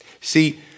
See